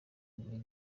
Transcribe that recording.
buri